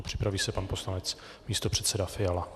Připraví se poslanec místopředseda Fiala.